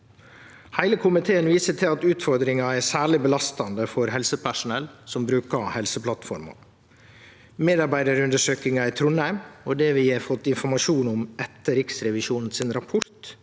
Heile komiteen viser til at utfordringa er særleg belastande for helsepersonell som brukar Helseplattforma. Medarbeidarundersøkinga i Trondheim og det vi har fått informasjon om etter Riksrevisjonens rapport,